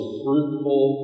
fruitful